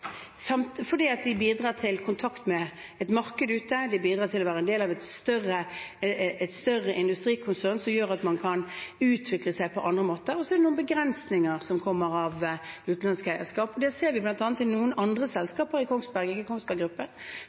fordi de bidrar til kontakt med et marked ute, de bidrar til å være en del av et større industrikonsern som gjør at man kan utvikle seg på andre måter. Så er det noen begrensninger som kommer av utenlandsk eierskap. Det ser vi bl.a. i noen andre selskaper i